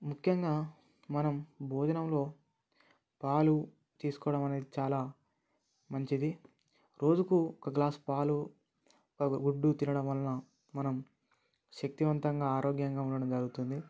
ముఖ్యంగా మనం భోజనంలో పాలు తీసుకోవడం అనేది చాలా మంచిది రోజుకు ఒక గ్లాసు పాలు ఒక గుడ్డు తినడం వలన మనం శక్తివంతంగా ఆరోగ్యంగా ఉండడం జరుగుతుంది